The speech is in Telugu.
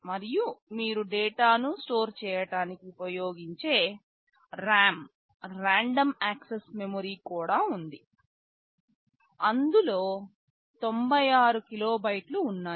మరియు మీరు డేటాను స్టోర్ చేయడానికి ఉపయోగించే RAM రాండమ్ యాక్సెస్ మెమరీ కూడా ఉంది అందులో 96 కిలోబైట్లు ఉన్నాయి